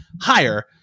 higher